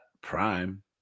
Prime